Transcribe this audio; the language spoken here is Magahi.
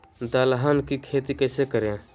दलहन की खेती कैसे करें?